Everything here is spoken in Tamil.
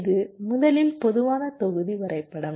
இது முதலில் பொதுவான தொகுதி வரைபடம்